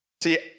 See